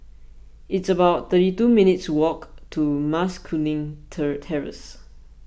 it's about thirty two minutes' walk to Mas Kuning Terrace